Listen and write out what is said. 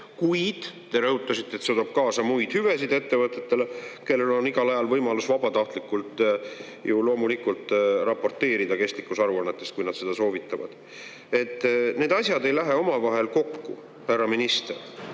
kuid te rõhutasite, et see toob kaasa muid hüvesid ettevõtetele, kellel on igal ajal võimalus vabatahtlikult loomulikult raporteerida kestlikkusaruannetest, kui nad seda soovitavad. Need asjad ei lähe omavahel kokku, härra minister.